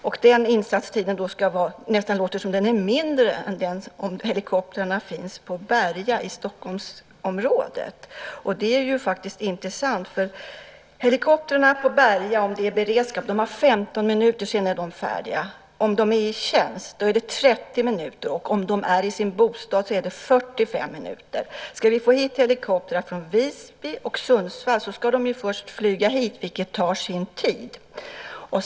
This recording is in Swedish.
Det låter nästan som om deras insatstid är mindre än den som gäller för de helikoptrar som finns på Berga i Stockholmsområdet. Det är faktiskt inte sant. Det är beräknat att helikoptrarna på Berga vid beredskap är färdiga på 15 minuter. Om de är i tjänst gäller 30 minuter, och om besättningen är i sina bostäder gäller 45 minuter. Ska vi få hit helikoptrar från Visby och Sundsvall ska de först flyga hit, vilket tar sin tid.